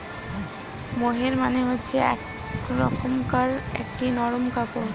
মোহের মানে হচ্ছে এক রকমকার একটি নরম কাপড়